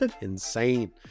Insane